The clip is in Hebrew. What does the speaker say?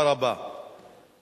בעד 9, נגד, אין, נמנעים, אין.